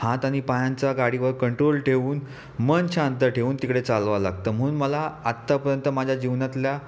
हात आणि पायांचा गाडीवर कंट्रोल ठेवून मन शांत ठेवून तिकडे चालवावं लागतं म्हणून मला आत्तापर्यंत माझ्या जीवनातल्या